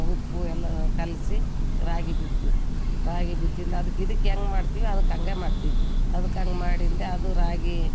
ಉಪ್ಪು ಎಲ್ಲ ಕಲಸಿ ರಾಗಿ ಬಿತ್ತತ್ತಿವಿ ರಾಗಿ ಬಿತ್ತಿದ್ನ ಅದಕ್ಕೆ ಇದಕ್ಕೆ ಹೆಂಗ್ ಮಾಡ್ತೀವಿ ಅದ್ಕೆ ಹಂಗೆ ಮಾಡ್ತೀವಿ ಅದಕ್ ಹಂಗ್ ಮಾಡಿಂದೆ ಅದು ರಾಗಿ